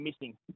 missing